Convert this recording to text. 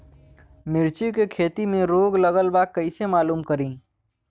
मिर्ची के खेती में रोग लगल बा कईसे मालूम करि?